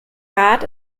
rat